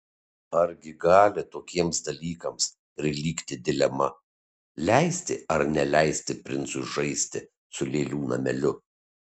argi gali tokiems dalykams prilygti dilema leisti ar neleisti princui žaisti su lėlių nameliu